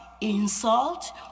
insult